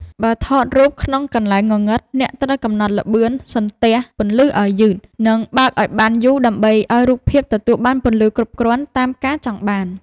បើថតរូបក្នុងកន្លែងងងឹតអ្នកត្រូវកំណត់ល្បឿនសន្ទះពន្លឺឱ្យយឺត និង បើកឱ្យបានយូរដើម្បីឱ្យរូបភាពទទួលបានពន្លឺគ្រប់គ្រាន់តាមការចង់បាន។